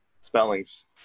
spellings